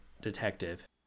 detective